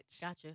Gotcha